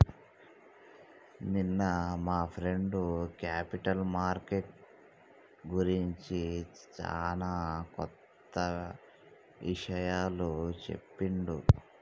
నిన్న మా friend capital market గురించి చానా కొత్త ఇషయాలు చెప్పిండు